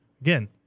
Again